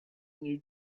new